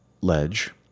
ledge